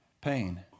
pain